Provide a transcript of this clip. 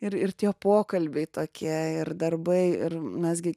ir ir tie pokalbiai tokie ir darbai ir mes gi